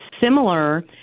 Similar